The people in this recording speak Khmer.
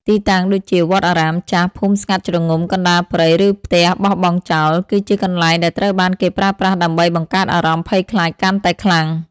ទីតាំងដូចជា វត្តអារាមចាស់ ភូមិស្ងាត់ជ្រងំ កណ្ដាលព្រៃ ឬផ្ទះបោះបង់ចោល គឺជាកន្លែងដែលត្រូវបានគេប្រើប្រាស់ដើម្បីបង្កើតអារម្មណ៍ភ័យខ្លាចកាន់តែខ្លាំង។